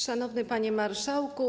Szanowny Panie Marszałku!